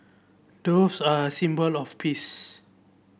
doves are a symbol of peace